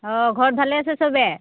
অঁ ঘৰত ভালে আছে চবেই